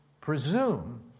presume